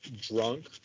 drunk